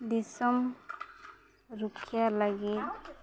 ᱫᱤᱥᱚᱢ ᱨᱩᱠᱷᱤᱭᱟᱹ ᱞᱟᱹᱜᱤᱫ